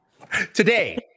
today